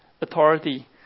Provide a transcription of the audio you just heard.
authority